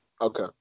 Okay